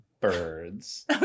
Birds